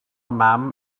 mam